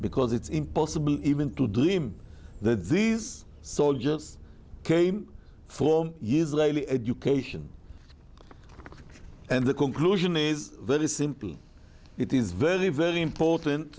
because it's impossible even to dream that these soldiers came for years lately education and the conclusion is very simple it is very very important